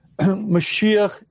Mashiach